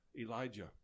Elijah